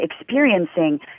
experiencing